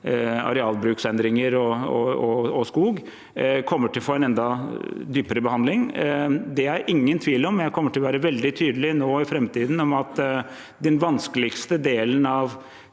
arealbruksendringer og skog, kommer til å få en enda dypere behandling. Det er ingen tvil om, og jeg kommer til å være veldig tydelig på det i framtiden, at den vanskeligste delen av